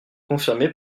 confirmé